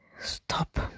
Stop